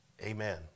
Amen